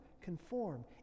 conform